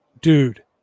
dude